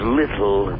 little